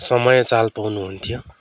समय चाल पाउनुहुन्थ्यो